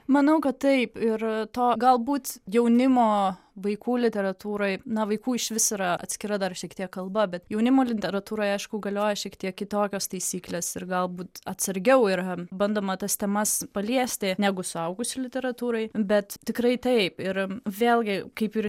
manau kad taip ir to galbūt jaunimo vaikų literatūroj na vaikų išvis yra atskira dar šiek tiek kalba bet jaunimo literatūroj aišku galioja šiek tiek kitokios taisyklės ir galbūt atsargiau yra bandoma tas temas paliesti negu suaugusių literatūroj bet tikrai taip ir vėlgi kaip ir